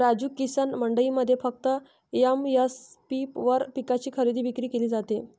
राजू, किसान मंडईमध्ये फक्त एम.एस.पी वर पिकांची खरेदी विक्री केली जाते